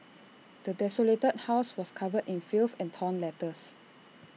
the desolated house was covered in filth and torn letters